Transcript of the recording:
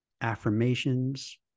affirmations